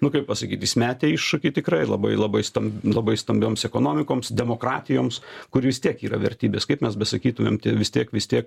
nu kaip pasakyt jis metė iššūkį tikrai labai labai stam labai stambioms ekonomikoms demokratijoms kur vis tiek yra vertybės kaip mes besakytumėm vis tiek vis tiek